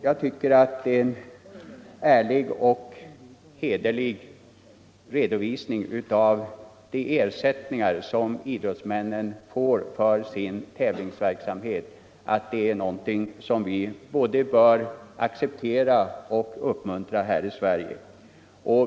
Jag tycker att en ärlig och hederlig redovisning av de ersättningar som idrottsmännen får för sin tävlingsverksamhet är någonting som vi bör både acceptera och uppmuntra här i Sverige.